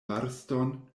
marston